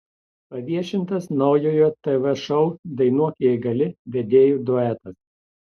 paviešintas naujojo tv šou dainuok jei gali vedėjų duetas